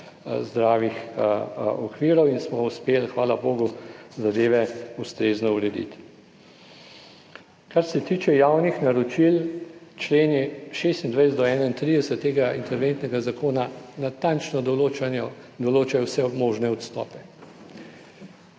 zdravih okvirov in smo uspeli hvala bogu zadeve ustrezno urediti. Kar se tiče javnih naročil, členi 26 do 31 tega interventnega zakona natančno določajo vse možne odstope.